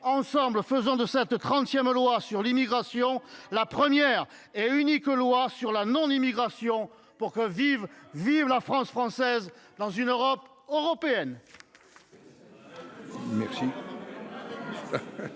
Ensemble, faisons de cette trentième loi sur l’immigration la première et unique loi sur la non immigration, pour que vive la France française dans une Europe européenne